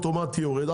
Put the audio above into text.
אוטומטי יורד,